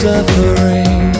Suffering